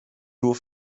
nur